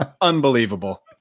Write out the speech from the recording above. Unbelievable